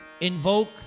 invoke